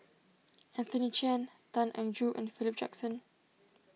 Anthony Chen Tan Eng Joo and Philip Jackson